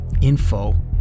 info